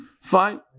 fine